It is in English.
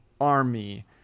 army